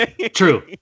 True